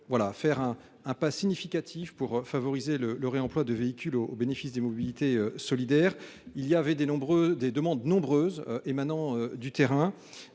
faire un pas significatif pour favoriser le réemploi des véhicules au bénéfice des mobilités solidaires. Les demandes émanant du terrain